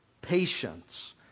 patience